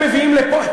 ואתם מביאים לפה,